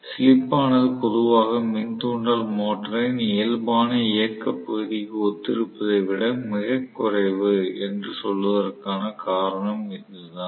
slip ஆனது பொதுவாக மின் தூண்டல் மோட்டரின் இயல்பான இயக்க பகுதிக்கு ஒத்திருப்பதை விட மிகக் குறைவு என்று சொல்வதற்கான காரணம் இதுதான்